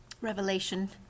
Revelation